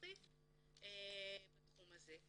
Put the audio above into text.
המשפחתי בתחום הזה.